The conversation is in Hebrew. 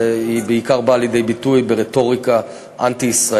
והיא בעיקר באה לידי ביטוי ברטוריקה אנטי-ישראלית,